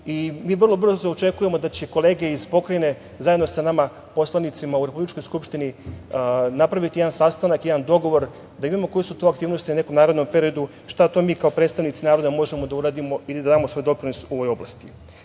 Mi vrlo brzo očekujemo da će kolege iz Pokrajine zajedno sa nama poslanicima u republičkoj Skupštini napraviti jedan sastanak, jedan dogovor, da vidimo koje su to aktivnosti u nekom narednom periodu, šta to mi kao predstavnici naroda možemo da uradimo i da damo svoj doprinos u ovoj oblasti. Koliko